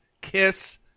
kiss